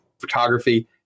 photography